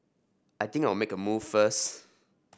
I think I'll make a move first